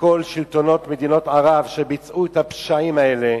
מכל שלטונות מדינות ערב אשר ביצעו את הפשעים האלה?